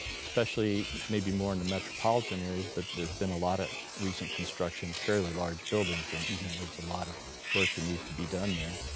especially maybe more in the metropolitan areas, but there's been a lot of recent construction, fairly large buildings, and and and there's a lot of work that needs to be done there.